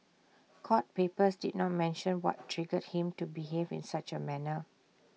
court papers did not mention what triggered him to behave in such A manner